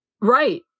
Right